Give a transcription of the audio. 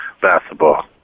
basketball